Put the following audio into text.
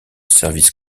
service